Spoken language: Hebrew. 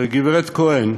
גברת כהן,